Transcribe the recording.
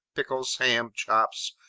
pickles, ham, chops,